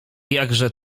jakże